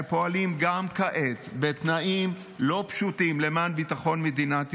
שפועלים גם כעת בתנאים לא פשוטים למען ביטחון מדינת ישראל.